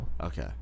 Okay